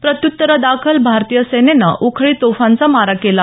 प्रत्युतरादाखलं भारतीय सेनेनंही उखळी तोफांचा मारा केला